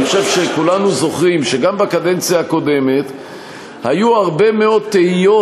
אני חושב שכולנו זוכרים שגם בקדנציה הקודמת היו הרבה מאוד תהיות